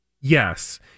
yes